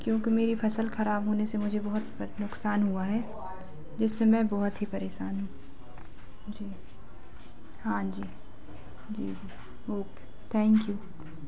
क्योंकि मेरी फसल खराब होने से मुझे बहुत नुकसान हुआ है जिससे मैं बहुत ही परेशान हूँ जी हाँ जी जी जी ओके थैंक यू